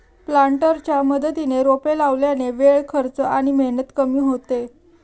प्लांटरच्या मदतीने रोपे लावल्याने वेळ, खर्च आणि मेहनत कमी होते